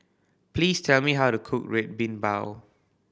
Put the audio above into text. please tell me how to cook Red Bean Bao